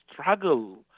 struggle